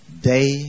day